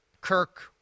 Kirk